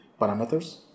parameters